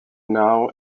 now